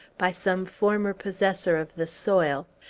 by some former possessor of the soil,